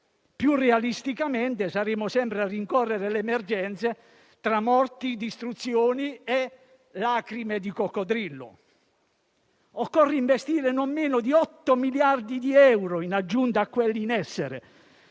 più realisticamente, saremo sempre a rincorrere le emergenze tra morti, distruzioni e lacrime di coccodrillo. Occorre investire non meno di 8 miliardi di euro in aggiunta a quelli in essere;